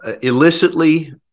illicitly